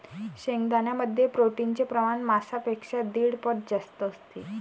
शेंगदाण्यांमध्ये प्रोटीनचे प्रमाण मांसापेक्षा दीड पट जास्त आहे